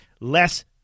less